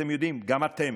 אתם יודעים, גם אתם,